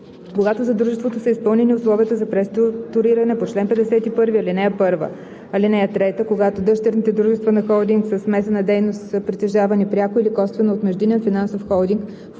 когато за дружеството са изпълнени условията за преструктуриране по чл. 51, ал. 1. (3) Когато дъщерните дружества на холдинг със смесена дейност са притежавани пряко или косвено от междинен финансов холдинг,